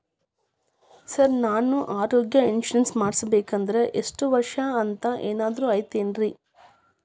Sir ನಾನು ಆರೋಗ್ಯ insurance ಮಾಡಿಸ್ಬೇಕಂದ್ರೆ ಇಷ್ಟ ವರ್ಷ ಅಂಥ ಏನಾದ್ರು ಐತೇನ್ರೇ?